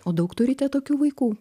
o daug turite tokių vaikų